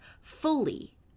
fully